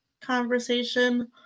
conversation